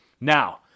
Now